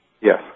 Yes